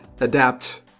adapt